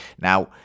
now